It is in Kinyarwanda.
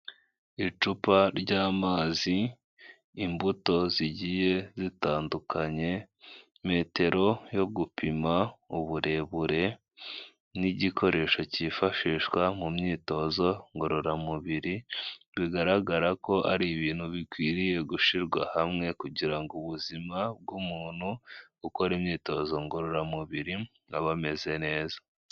Icupa ry'amazi, imbuto zigiye zitandukanye, metero yo gupima uburebure n' igikoresho cyifashishwa mu myitozo ngororamubir, bigaragara ko ari ibintu bikwiriye gushyirwa hamwe kugira ngo ubuzima bw'umuntu ukora imyitozo ngororamubiri abe ameze neza.